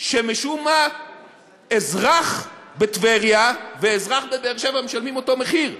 משום מה אזרח בטבריה ואזרח בבאר-שבע משלמים אותו מחיר,